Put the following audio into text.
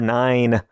nine